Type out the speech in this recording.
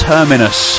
Terminus